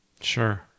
Sure